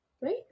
Right